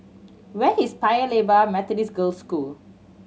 where is Paya Lebar Methodist Girls' School